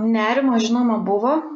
nerimo žinoma buvo